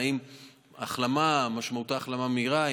האם החלמה משמעותה החלמה מהירה,